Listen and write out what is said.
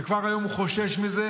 וכבר היום הוא חושש מזה,